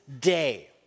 day